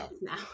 now